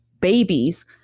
babies